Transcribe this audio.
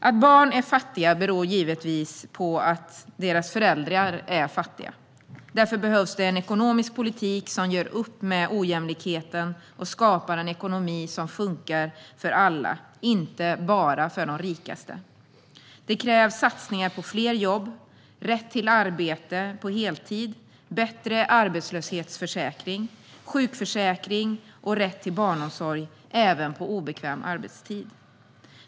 Att barn är fattiga beror givetvis på att deras föräldrar är fattiga. Därför behövs det en ekonomisk politik som gör upp med ojämlikheten och skapar en ekonomi som funkar för alla, inte bara för de rikaste. Det krävs satsningar på fler jobb, rätt till arbete på heltid, bättre arbetslöshetsförsäkring, sjukförsäkring och rätt till barnomsorg även på obekväm arbetstid.